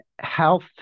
Health